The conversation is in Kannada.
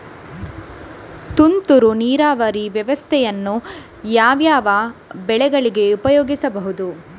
ತುಂತುರು ನೀರಾವರಿ ವ್ಯವಸ್ಥೆಯನ್ನು ಯಾವ್ಯಾವ ಬೆಳೆಗಳಿಗೆ ಉಪಯೋಗಿಸಬಹುದು?